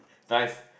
nice